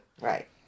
Right